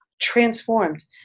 transformed